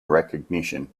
recognition